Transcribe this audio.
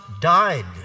died